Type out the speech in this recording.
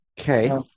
Okay